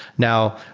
now,